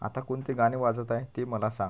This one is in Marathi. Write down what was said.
आता कोणते गाणे वाजत आहे ते मला सांग